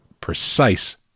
precise